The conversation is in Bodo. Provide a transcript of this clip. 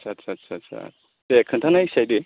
आच्चा आच्चा आच्चा दे खोन्थानायसाय दे